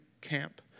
camp